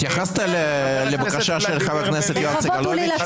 התייחסת לבקשה של חבר הכנסת יואב סגלוביץ' לקבלת פרוטוקולים?